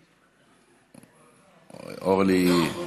אורלי, בבקשה,